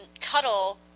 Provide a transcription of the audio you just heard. cuddle